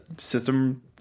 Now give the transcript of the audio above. system